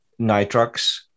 nitrox